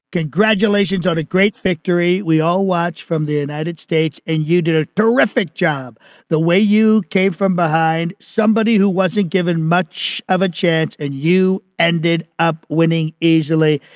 congratulations on a great victory. we all watch from the united states. and you did a terrific job the way you came from behind somebody who wasn't given much of a chance and you ended up winning easily.